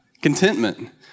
contentment